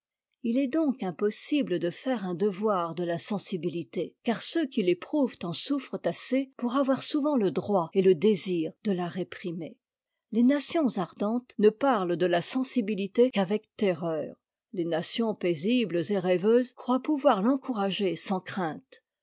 il est donc impossible de faire un devoir de la sensibilité car ceux qui l'éprouvent en souffrent assez pour avoir souvent le droit et le désir de la réprimer les nations ardentes ne parlent de la sensibilité qu'avec terreur les nations paisibles et rêveuses croient pouvoir l'encourager sans crainte